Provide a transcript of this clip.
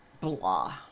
Blah